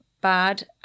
bad